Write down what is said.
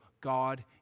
God